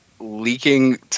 leaking